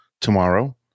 tomorrow